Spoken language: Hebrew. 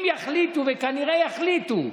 אם יחליטו, וכנראה יחליטו,